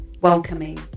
welcoming